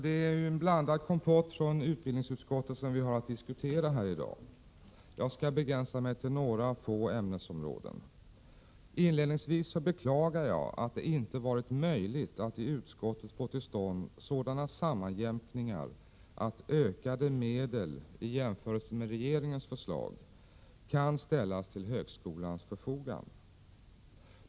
Det är en blandad kompott från utbildningsutskottet som vi har att diskutera här i dag. Jag skall begränsa mig till några få ämnesområ den. Inledningsvis beklagar jag att det inte varit möjligt att i utskottet få till stånd sådana sammanjämkningar att ökade medel, i jämförelse med regeringens förslag, kan ställas till högskolans förfogande.